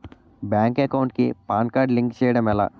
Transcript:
Bank account కి pan card link చేయడం ఎలా?